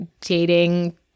dating